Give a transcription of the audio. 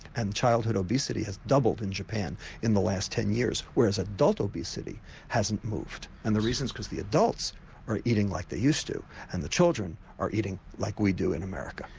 and childhood obesity has doubled in japan in the last ten years whereas adult obesity hasn't moved. and the reasons? because the adults are eating like they used to and the children are eating like we do in america.